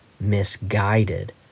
misguided